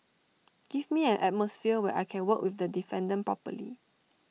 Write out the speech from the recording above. give me an atmosphere where I can work with the defendant properly